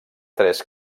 tres